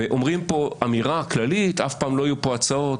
אומרים כאן אמירה כללית שאף פעם לא היו כאן הצעות,